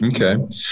Okay